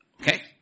Okay